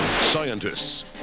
scientists